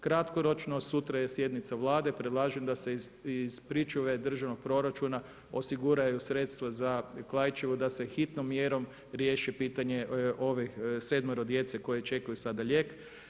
Kratkoročno, sutra je sjednica Vlade, predlažem da se iz pričuve državnog proračuna osiguraju sredstva za Klaićevu, da se hitnom mjerom riješi pitanje ovih 7 djece koji čekaju sada lijek.